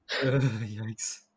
Yikes